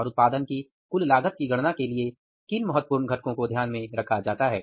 और उत्पादन की कुल लागत की गणना के लिए किन महत्वपूर्ण घटकों को ध्यान में रखा जाता है